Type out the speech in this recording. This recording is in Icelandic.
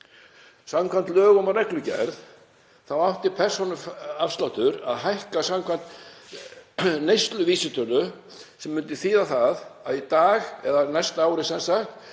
Samkvæmt lögum og reglugerð þá átti persónuafsláttur að hækka samkvæmt neysluvísitölu, sem myndi þýða það að í dag, eða á næsta ári sem sagt,